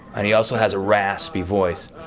and he also has a raspy voice.